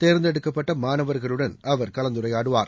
தேர்ந்தெடுக்கப்பட்ட மாணவர்களுடன் அவர் கலந்துரையாடுவார்